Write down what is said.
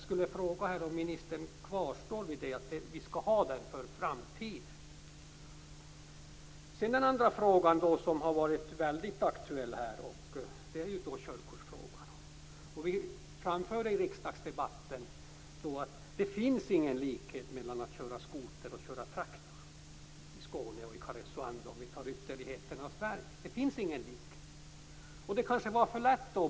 Står ministern alltså fast vid att vi för framtiden skall ha en egen modell? En annan fråga som har varit aktuell är körkortsfrågan. Vi har framfört i riksdagsdebatten att det inte finns någon likhet mellan att köra skoter i Karesuando och att köra traktor i Skåne, för att ta till geografiska ytterligheter i Sverige. Det finns ingen likhet däremellan.